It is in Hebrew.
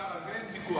השר, על זה אין ויכוח.